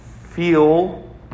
feel